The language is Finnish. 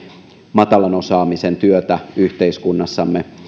matalan osaamisen työtä yhteiskunnassamme